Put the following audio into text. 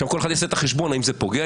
כל אחד יעשה את החשבון האם זה פוגע,